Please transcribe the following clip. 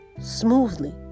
smoothly